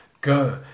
Go